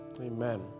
Amen